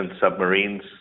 submarines